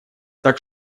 так